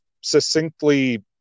succinctly